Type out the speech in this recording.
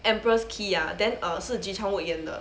empress ki ah then err 是 ji chang won 演的